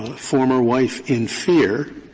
former wife in fear,